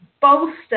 bolster